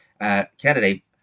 candidate